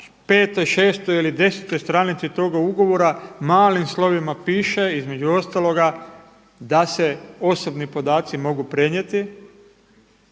na 5., 6. ili 10. stranici toga ugovora malim slovima piše između ostaloga da se osobni podaci mogu prenijeti